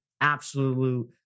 absolute